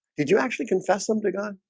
did you actually confess them to god?